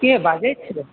के बाजै छै